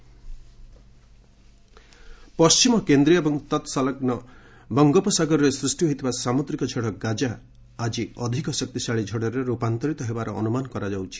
IMD Gaja ପଶ୍ଚିମ କେନ୍ଦ୍ରୀୟ ଏବଂ ତତ୍ସଂଲଗ୍ନ ବଙ୍ଗୋପସାଗରରେ ସୃଷ୍ଟି ହୋଇଥିବା ସାମୁଦ୍ରିକ ଝଡ଼ 'ଗାଜା' ଆଜି ଅଧିକ ଶକ୍ତିଶାଳୀ ଝଡ଼ରେ ରୂପାନ୍ତରିତ ହେବାର ଅନୁମାନ କରାଯାଉଛି